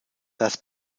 das